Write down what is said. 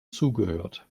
zugehört